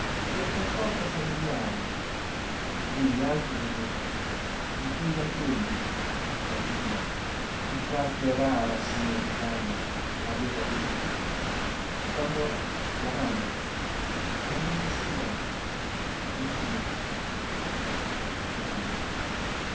quel conforto familiare di cui gli altri godevano di cui anch'egli bambino in qualche rara sera di calma aveva goduto quando la mamma la mamma sua come quella e piangeva